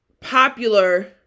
popular